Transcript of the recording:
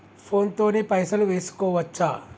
Phone తోని పైసలు వేసుకోవచ్చా?